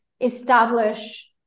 establish